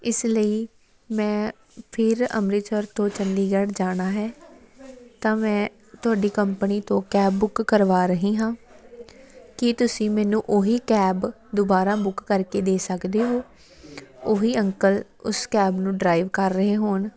ਇਸ ਲਈ ਮੈਂ ਫਿਰ ਅੰਮ੍ਰਿਤਸਰ ਤੋਂ ਚੰਡੀਗੜ੍ਹ ਜਾਣਾ ਹੈ ਤਾਂ ਮੈਂ ਤੁਹਾਡੀ ਕੰਪਨੀ ਤੋਂ ਕੈਬ ਬੁੱਕ ਕਰਵਾ ਰਹੀ ਹਾਂ ਕੀ ਤੁਸੀਂ ਮੈਨੂੰ ਉਹ ਹੀ ਕੈਬ ਦੁਬਾਰਾ ਬੁੱਕ ਕਰਕੇ ਦੇ ਸਕਦੇ ਹੋ ਉਹ ਹੀ ਅੰਕਲ ਉਸ ਕੈਬ ਨੂੰ ਡਰਾਈਵ ਕਰ ਰਹੇ ਹੋਣ